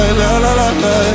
la-la-la-la